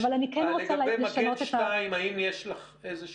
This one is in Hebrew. לגבי מגן 2, יש לך איזו